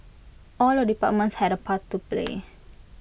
all the departments had A part to play